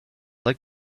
like